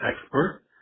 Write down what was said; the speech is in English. expert